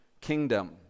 kingdom